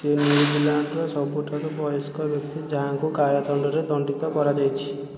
ସେ ନ୍ୟୁଜିଲ୍ୟାଣ୍ଡ୍ର ସବୁଠାରୁ ବୟସ୍କ ବ୍ୟକ୍ତି ଯାହାଙ୍କୁ କାରାଦଣ୍ଡରେ ଦଣ୍ଡିତ କରାଯାଇଛି